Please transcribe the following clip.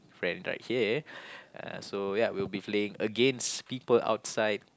friend right here uh so ya we'll be playing against people outside